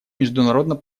международно